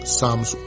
Psalms